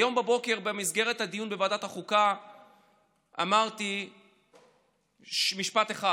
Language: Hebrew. היום בבוקר בדיון בוועדת החוקה אמרתי משפט אחד